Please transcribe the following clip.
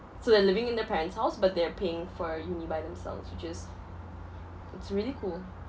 so they're living in their parents' house but they are paying for uni by themselves which is it's really cool